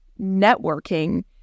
networking